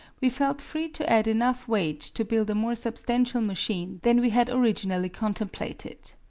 we felt free to add enough weight to build a more substantial machine than we had originally contemplated.